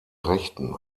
rechten